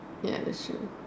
ya that's true